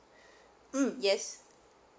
mm yes